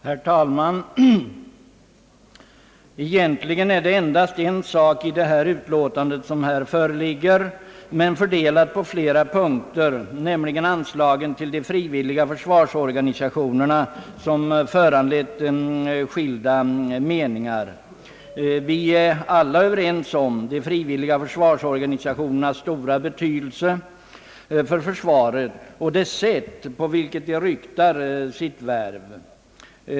Herr talman! Egentligen är det endast en sak i det utlåtande som här föreligger, men fördelad på flera punkter, nämligen anslagen till de frivilliga försvarsorganisationerna, som föranlett skilda meningar. Vi är alla överens om de frivilliga försvarsorganisationernas stora betydelse för försvaret och uppskattar alla det sätt på vilket de ryktar sitt värv.